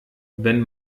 wenn